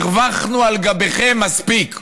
הרווחנו על גביכם מספיק,